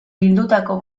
bildutako